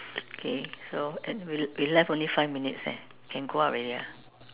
okay so end we we left only five minutes eh can go out already ah